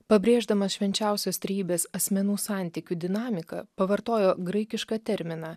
pabrėždamas švenčiausios trejybės asmenų santykių dinamiką pavartojo graikišką terminą